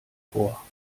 vor